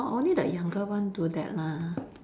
orh only the younger one do that lah